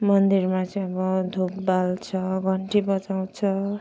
मन्दिरमा चाहिँ अब धुप बाल्छ घन्टी बजाउँछ